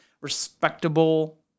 respectable